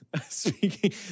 Speaking